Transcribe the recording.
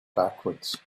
backwards